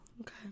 okay